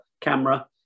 camera